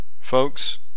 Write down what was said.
Folks